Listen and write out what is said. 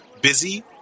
busy